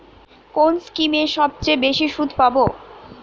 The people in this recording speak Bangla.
কোন স্কিমে সবচেয়ে বেশি সুদ পাব?